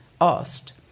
asked